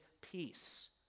peace